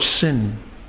sin